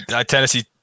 Tennessee